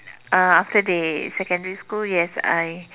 uh after they secondary school yes I